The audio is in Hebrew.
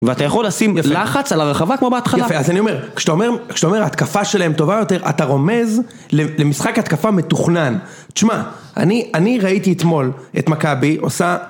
ואתה יכול לשים לחץ על הרחבה כמו בהתחלה יפה, אז אני אומר, כשאתה אומר ההתקפה שלהם טובה יותר, אתה רומז למשחק התקפה מתוכנן תשמע, אני ראיתי אתמול את מכבי, עושה